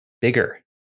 bigger